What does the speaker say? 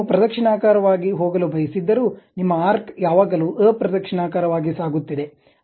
ನೀವು ಪ್ರದಕ್ಷಿಣಾಕಾರವಾಗಿ ಹೋಗಲು ಬಯಸಿದ್ದರೂ ನಿಮ್ಮ ಆರ್ಕ್ ಯಾವಾಗಲೂ ಅಪ್ರದಕ್ಷಿಣಾಕಾರವಾಗಿ ಸಾಗುತ್ತಿದೆ